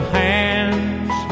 hands